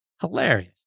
hilarious